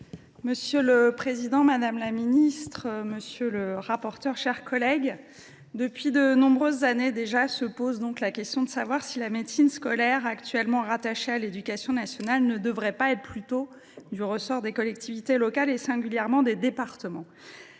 Monsieur le président, madame la ministre, mes chers collègues, depuis de nombreuses années déjà, se pose la question de savoir si la médecine scolaire, actuellement rattachée à l’éducation nationale, ne devrait pas plutôt relever des collectivités locales, singulièrement des départements.